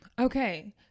Okay